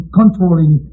controlling